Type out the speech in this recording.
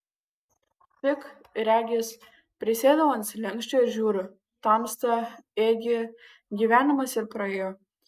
tik regis prisėdau ant slenksčio ir žiūriu tamsta ėgi gyvenimas ir praėjo